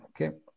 Okay